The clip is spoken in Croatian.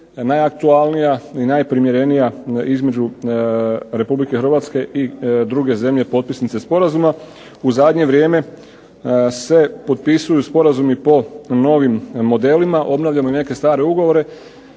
najaktualnija i najprimjerenija između RH i druge zemlje potpisnice sporazuma. U zadnje vrijeme se potpisuju sporazumi po novim modelima, obnavljamo i neke stare ugovore